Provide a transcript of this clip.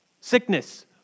Sickness